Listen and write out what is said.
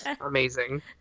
Amazing